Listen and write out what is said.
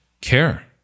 care